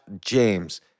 james